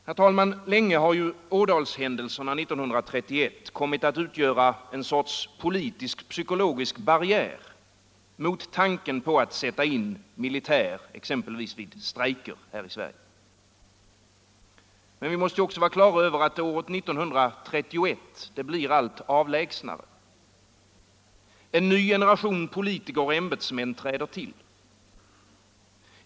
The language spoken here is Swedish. Herr talman! Länge har Ådalshändelserna 1931 utgjort en politiskpsykologisk barriär mot tanken på att sätta in militär exempelvis vid strejker här i Sverige. Men året 1931 blir allt avlägsnare. En ny generation politiker och ämbetsmän träder till.